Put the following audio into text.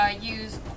Use